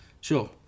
Sure